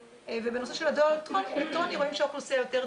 בנושא של הדואר האלקטרוני רואים שהאוכלוסייה יותר צעירה,